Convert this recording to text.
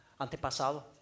antepasado